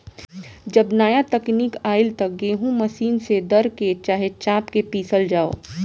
जब नाया तकनीक आईल त गेहूँ मशीन से दर के, चाहे चाप के पिसल जाव